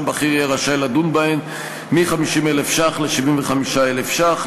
בכיר יהיה רשאי לדון בהן מ-50,000 ש"ח ל-75,000 ש"ח.